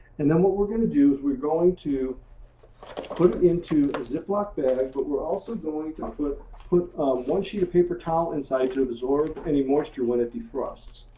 and then what we're going to do is we're going to put it into a ziplock bag. but we're also going to um to ah put one sheet of paper towel inside to absorb any moisture when it defrosts?